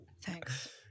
thanks